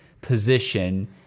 position